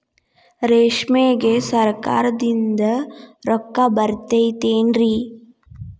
ರೇಷ್ಮೆಗೆ ಸರಕಾರದಿಂದ ರೊಕ್ಕ ಬರತೈತೇನ್ರಿ?